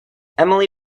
emily